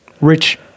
rich